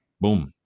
boom